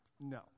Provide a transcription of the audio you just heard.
No